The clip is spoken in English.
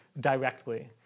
directly